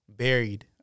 Buried